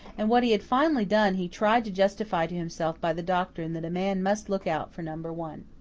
and what he had finally done he tried to justify to himself by the doctrine that a man must look out for number one.